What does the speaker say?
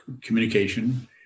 communication